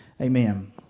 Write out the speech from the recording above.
Amen